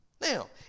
Now